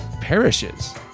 perishes